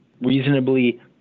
reasonably